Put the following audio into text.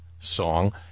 song